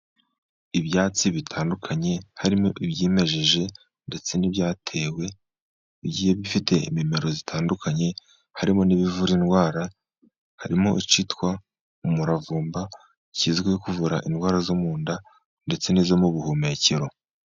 Ibyatsi bitandukanye harimo ibyimejeje ndetse n'ibyatewe. Bigiye bifite imimero itandukanye. Harimo n'ibivura indwara. Harimo icyitwa umuravumba kizwi mu kuvura indwara zo mu nda ndetse n'iz'ubuhumekero.